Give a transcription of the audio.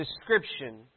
description